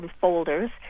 folders